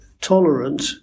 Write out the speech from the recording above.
tolerant